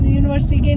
university